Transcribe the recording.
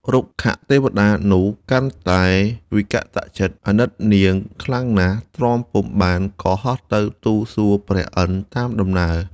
រុក្ខទេវតានោះកាន់តែវិតក្កចិត្ដ អាណិតនាង ខ្លាំងណាស់ ទ្រាំពុំបានក៏ហោះទៅទូលសួរព្រះឥន្ធតាមដំណើរ។